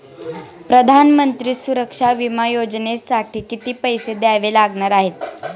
प्रधानमंत्री सुरक्षा विमा योजनेसाठी किती पैसे द्यावे लागणार आहेत?